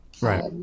Right